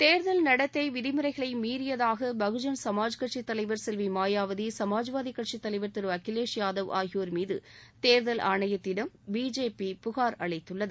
தேர்தல் நடத்தை விதிமுறைகளை மீறியதாக பகுஜன் சமாஜ் கட்சி தலைவர் செல்வி மாயாவதி சுமாஜ்வாதி கட்சி தலைவர் திரு அகிலேஷ் யாதவ் ஆகியோர் மீது தேர்தல் ஆணையத்திடம் பிஜேபி புகார் அளித்துள்ளது